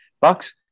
Bucks